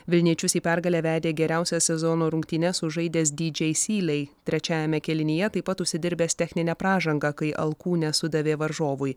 vilniečius į pergalę vedė geriausias sezono rungtynes sužaidęs dj seeley trečiajame kėlinyje taip pat užsidirbęs techninę pražangą kai alkūne sudavė varžovui